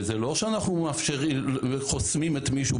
וזה לא שאנחנו חוסמים את מישהו,